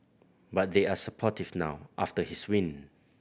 but they are supportive now after his win